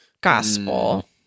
gospel